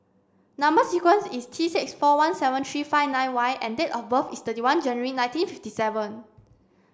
number sequence is T six four one seven three five nine Y and date of birth is thirty one January nineteen fifty seven